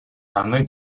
аны